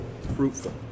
fruitful